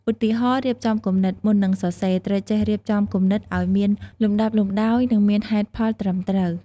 ឧទាហរណ៍ រៀបចំគំនិត មុននឹងសរសេរ ត្រូវចេះរៀបចំគំនិតឱ្យមានលំដាប់លំដោយ និងមានហេតុផលត្រឹមត្រូវ។